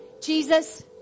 Jesus